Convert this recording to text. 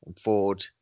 Ford